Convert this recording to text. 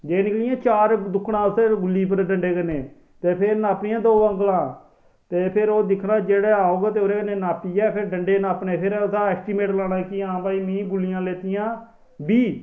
जे निकलियां चार ते फिर मारनी गुल्ली उप्पर डंडे कन्नै ते फिर नापनियां दौं उंगला ते फिर ओह् दिक्खना जेहडा़ होग ते ओहदे कन्नै नापियै फिर डंडे नापने फिर ओहदा ऐस्टीमेट लाना हा भाई मिगी गुल्लियां लैतियां बीह्